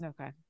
Okay